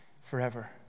forever